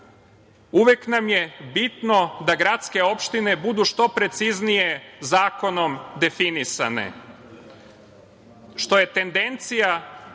Uvek nam je bitno da gradske opštine budu što preciznije zakonom definisane, što je tendencija